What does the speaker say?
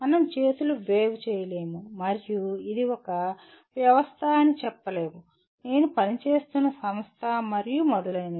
మనం చేతులు వేవ్ చేయలేము మరియు ఇది ఒక వ్యవస్థ అని చెప్పలేము నేను పనిచేస్తున్న సంస్థ మరియు మొదలైనవి